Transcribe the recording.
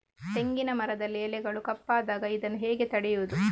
ತೆಂಗಿನ ಮರದಲ್ಲಿ ಎಲೆಗಳು ಕಪ್ಪಾದಾಗ ಇದನ್ನು ಹೇಗೆ ತಡೆಯುವುದು?